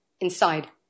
inside